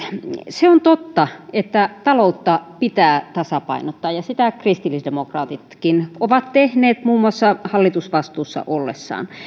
se on totta että taloutta pitää tasapainottaa ja sitä kristillisdemokraatitkin ovat tehneet muun muassa hallitusvastuussa ollessaan